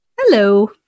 Hello